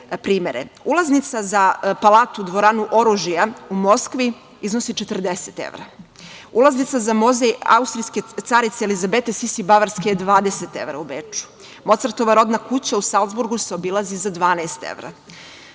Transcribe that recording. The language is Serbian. ulaznica za Palatu dvoranu oružja u Moskvi iznosi 40 era, ulaznica za Muzej austrijske carice Elizabete Sisi Bavarske je 20 evra u Beču, Mocartova rodna kuća u Salzburgu se obilazi za 12 evra.